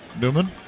Newman